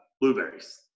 blueberries